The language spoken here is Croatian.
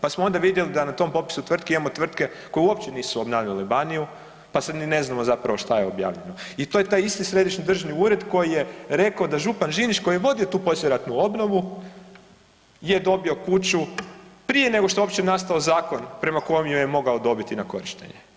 Pa smo onda vidjeli da na tom popisu tvrtki imamo tvrtke koje uopće nisu obnavljale Banija pa sad ni ne znamo zapravo šta je objavljeno i to je taj isti središnji državni ured koji je rekao da župan Žinić koji je vodio tu poslijeratnu obnovu je dobio kuću prije nego što je uopće nastao zakon prema kojem ju je mogao dobiti na korištenje.